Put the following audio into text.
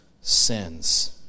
sins